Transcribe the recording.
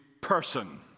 person